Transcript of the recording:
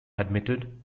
admitted